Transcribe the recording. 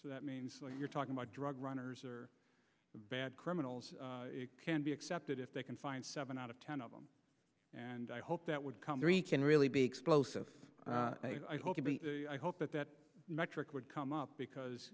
so that means when you're talking about drug runners or bad criminals can be accepted if they can find seven out of ten of them and i hope that would come three can really be explosive i hope i hope that that metric would come up because